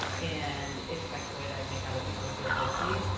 and if i could i'd make other people feel guilty,